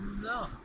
No